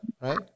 right